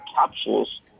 capsules